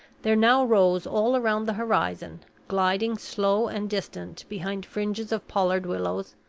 there now rose all round the horizon, gliding slow and distant behind fringes of pollard willows,